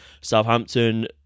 Southampton